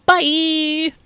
Bye